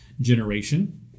generation